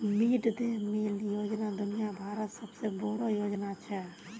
mid day meal योजना दुनिया भरत सबसे बोडो योजना छे